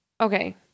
Okay